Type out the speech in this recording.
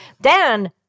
Dan